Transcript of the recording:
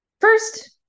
First